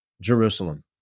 Jerusalem